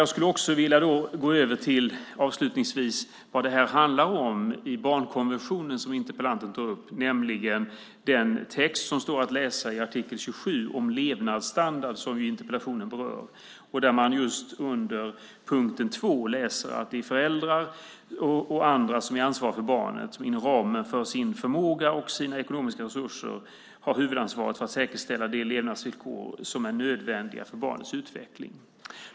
Jag skulle avslutningsvis vilja gå över till vad det här handlar om i barnkonventionen som interpellanten tog upp, nämligen den text som står att läsa i artikel 27 om levnadsstandard som ju interpellationen berör. Under punkt 2 läser man att det är föräldrar och andra som är ansvariga för barnet som inom ramen för sin förmåga och sina ekonomiska resurser har huvudansvaret för att säkerställa de levnadsvillkor som är nödvändiga för barnets utveckling.